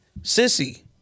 Sissy